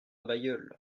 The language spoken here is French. bailleul